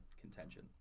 contention